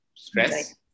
stress